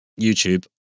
YouTube